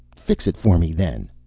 fix it for me, then.